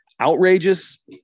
Outrageous